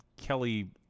Kelly